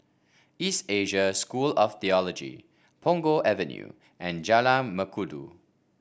East Asia School of Theology Punggol Avenue and Jalan Mengkudu